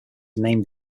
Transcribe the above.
named